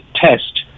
test